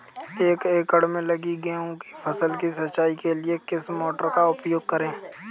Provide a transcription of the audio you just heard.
एक एकड़ में लगी गेहूँ की फसल की सिंचाई के लिए किस मोटर का उपयोग करें?